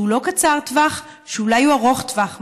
שהוא לא קצר טווח, שאולי הוא ארוך טווח.